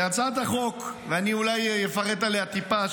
הצעת החוק שבפנינו, אני אולי אפרט עליה טיפה,